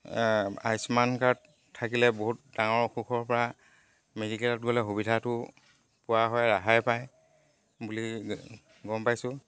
Ayushman card থাকিলে বহুত ডাঙৰ অসুখৰ পৰা মেডিকেলত গ'লে সুবিধাটো পোৱা হয় ৰেহাই পায় বুলি গ গম পাইছোঁ